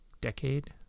decade